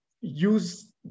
use